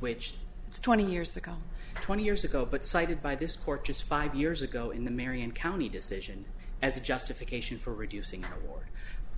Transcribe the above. which it's twenty years ago twenty years ago but cited by this court just five years ago in the marion county decision as a justification for reducing our award